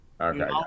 Okay